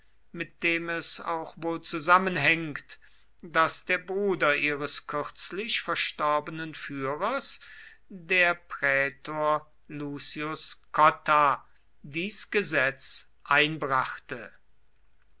mit dem es auch wohl zusammenhängt daß der bruder ihres kürzlich verstorbenen führers der prätor lucius cotta dies gesetz einbrachte